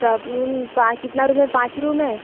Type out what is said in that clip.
सब रूम कितना रूम है पाँच रूम है